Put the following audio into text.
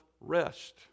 rest